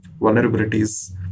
vulnerabilities